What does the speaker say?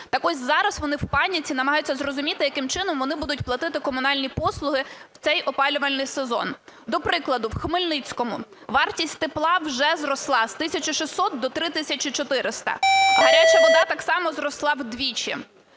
Так от зараз вони в паніці, намагаються зрозуміти, яким чином вони будуть платити комунальні послуги в цей опалювальний сезон. До прикладу, в Хмельницькому вартість тепла вже зросла з 1 тисячі 600 до 3 тисяч 400, гаряча вода так само зросла вдвічі.